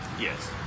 Yes